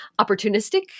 opportunistic